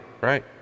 Right